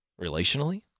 relationally